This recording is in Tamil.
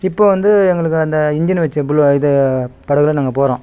இப்போ வந்து எங்களுக்கு அந்த இன்ஜின் வச்ச புலு இது படகில் நாங்கள் போகிறோம்